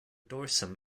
dorsum